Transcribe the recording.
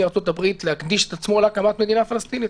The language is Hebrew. ארצות-הברית להקדיש את עצמו להקמת מדינה פלסטינית.